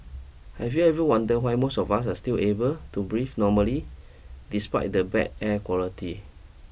have you ever wondered why most of us are still able to breathe normally despite the bad air quality